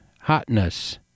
hotness